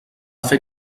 fer